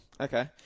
Okay